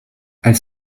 elle